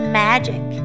magic